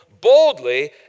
boldly